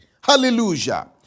hallelujah